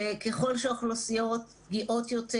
ככל שהאוכלוסיות פגיעות יותר,